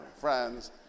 friends